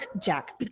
Jack